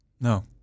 No